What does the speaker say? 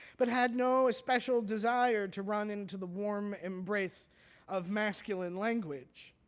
but had no special desire to run into the warm embrace of masculine language,